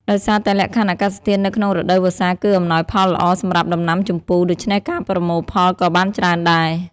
ដោយសារតែលក្ខខណ្ឌអាកាសធាតុនៅក្នុងរដូវវស្សាគឺអំណោយផលល្អសម្រាប់ដំណាំជម្ពូ ដូច្នេះការប្រមូលផលក៏បានច្រើនដែរ។